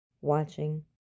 watching